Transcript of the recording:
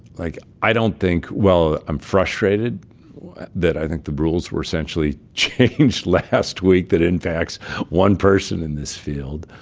like, i don't think while i'm frustrated that i think the rules were essentially changed last week that impacts one person in this field,